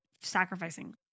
sacrificing